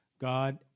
God